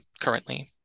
currently